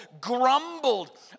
grumbled